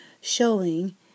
showing